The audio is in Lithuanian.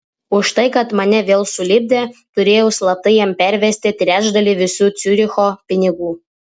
už tai kad mane vėl sulipdė turėjau slaptai jam pervesti trečdalį visų ciuricho pinigų